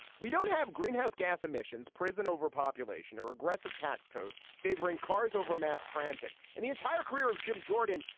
we don't have greenhouse gas emissions, prison overpopulation, a regressive tax code favoring cars over mass transit and the entire career of jim jordan,